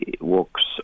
works